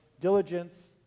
diligence